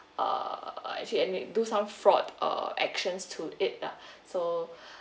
uh actually admit do some fraud uh actions to it lah so